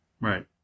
Right